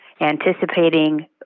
anticipating